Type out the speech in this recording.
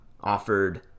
offered